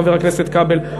חבר הכנסת כבל,